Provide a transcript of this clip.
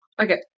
Okay